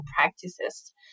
practices